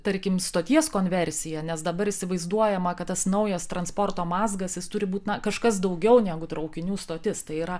tarkim stoties konversiją nes dabar įsivaizduojama kad tas naujas transporto mazgas jis turi būt na kažkas daugiau negu traukinių stotis tai yra